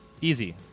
Easy